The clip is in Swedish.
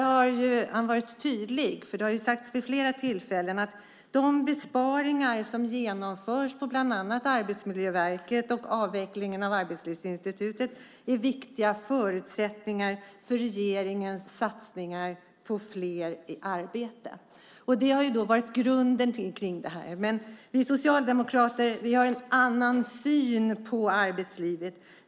Han var tydlig, för det har ju sagts vid flera tillfällen att de besparingar som genomförts, bland annat på Arbetsmiljöverket och med avvecklingen av Arbetslivsinstitutet, är viktiga förutsättningar för regeringens satsningar för flera i arbete. Det har varit grunden i det här, men vi socialdemokrater har en annan syn på arbetslivet.